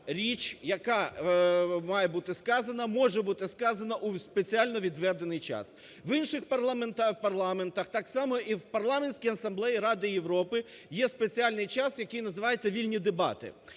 річ, яка має бути сказана, може бути сказана у спеціально відведений час. В інших парламентах, так само і в Парламентський асамблеї Ради Європи, є спеціальний час, який називається "вільні дебати".